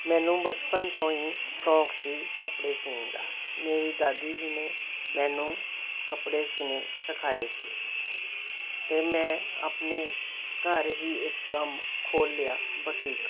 ਮੈਨੂੰ ਬਚਪਨ ਤੋਂ ਹੀ ਸ਼ੌਂਕ ਸੀ ਕੱਪੜੇ ਸਿਊਣ ਦਾ ਮੇਰੀ ਦਾਦੀ ਜੀ ਨੇ ਮੈਨੂੰ ਕੱਪੜੇ ਸਿਊਣੇ ਸਿਖਾਏ ਸੀ ਅਤੇ ਮੈਂ ਆਪਣੇ ਘਰ ਹੀ ਇੱਕ ਕੰਮ ਖੋਲ੍ਹ ਲਿਆ ਬਟੀਕ